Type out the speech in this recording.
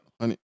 honey